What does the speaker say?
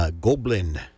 Goblin